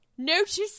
Notice